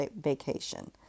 vacation